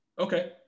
Okay